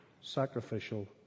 sacrificial